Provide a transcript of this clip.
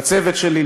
לצוות שלי,